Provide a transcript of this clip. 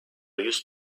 used